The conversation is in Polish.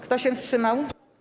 Kto się wstrzymał?